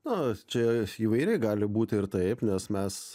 nu čia įvairiai gali būti ir taip nes mes